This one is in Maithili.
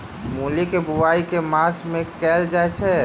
मूली केँ बोआई केँ मास मे कैल जाएँ छैय?